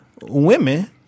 women